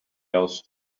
else